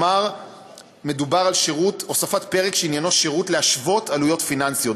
מדובר בהוספת פרק שעניינו שירות להשוות עלויות פיננסיות,